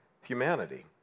humanity